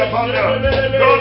God